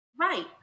Right